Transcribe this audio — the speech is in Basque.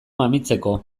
mamitzeko